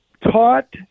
taught